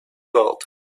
world